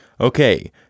Okay